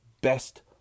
best